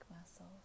muscles